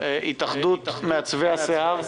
התאחדות מעצבי השיער,